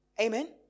Amen